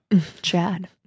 chad